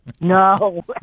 No